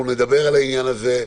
נדבר עליו,